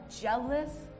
jealous